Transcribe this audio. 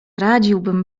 radziłbym